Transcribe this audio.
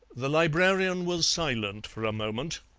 the librarian was silent for a moment.